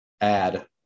add